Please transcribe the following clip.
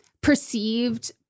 perceived